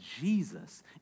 Jesus